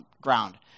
ground